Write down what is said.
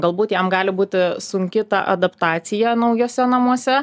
galbūt jam gali būti sunki ta adaptacija naujuose namuose